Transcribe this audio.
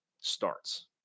starts